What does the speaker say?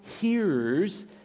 hearers